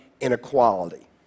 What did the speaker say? inequality